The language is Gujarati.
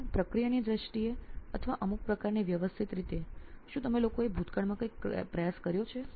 તેથી પ્રક્રિયાની દ્રષ્ટિએ અથવા અમુક પ્રકારની વ્યવસ્થિત રીતે શું તમે લોકોએ ભૂતકાળમાં કંઈક પ્રયાસ કર્યો છે